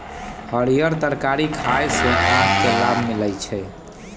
हरीयर तरकारी खाय से आँख के लाभ मिलइ छै